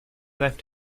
left